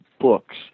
books